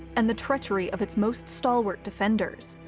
and the treachery of its most stalwart defenders.